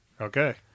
Okay